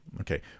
okay